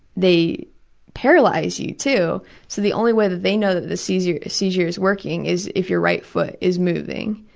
they paralyze you, too, so the only way that they know that the seizure seizure is working is if your right foot is moving.